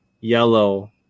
yellow